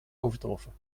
overtroffen